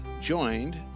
joined